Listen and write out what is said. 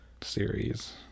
series